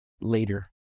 later